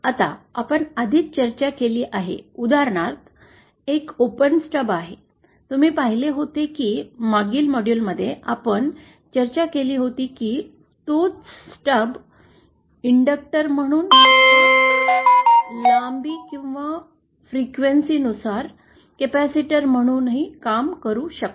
आता आपण आधीच चर्चा केली आहे उदाहरणार्थ एक खुला स्टब आहे तुम्ही पाहिले होते की मागील मॉड्यूलमध्ये आपण चर्चा केली होती की तोच स्टब इंडक्टर म्हणून किंवा लांबी किंवा वारंवारते नुसार कपॅसिटर म्हणून काम करू शकतो